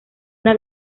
una